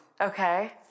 Okay